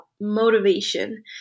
motivation